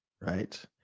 right